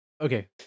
okay